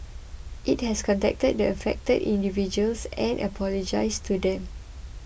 it has contacted the affected individuals and apologised to them